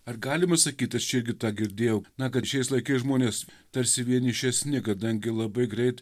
ar galima sakyt aš čia irgi tą girdėjau na kad šiais laikais žmonės tarsi vienišesni kadangi labai greit